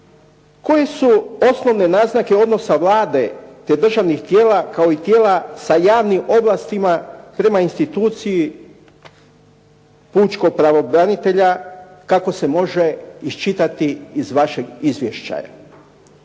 Koje su osnovne naznake odnosa Vlade te državnih tijela kao i tijela sa javnim ovlastima prema instituciji pučkog pravobranitelja kako se može iščitati iz vašeg izvješća.